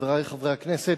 חברי חברי הכנסת,